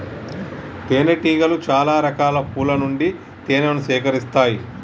తేనె టీగలు చాల రకాల పూల నుండి తేనెను సేకరిస్తాయి